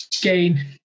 gain